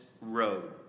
road